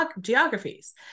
geographies